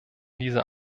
diese